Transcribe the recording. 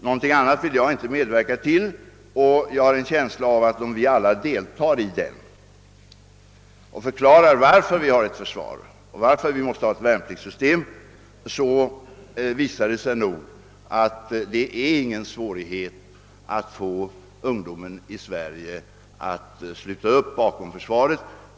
Någonting annat vill jag inte medverka till. Om vi alla deltar och förklarar varför vi har ett försvar och varför vi måste ha ett värnpliktssystem, skall det nog inte vara svårt att få ungdomen i Sverige att sluta upp bakom försvaret.